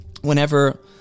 whenever